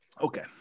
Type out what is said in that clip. okay